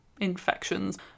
infections